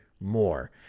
more